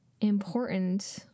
important